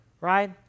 Right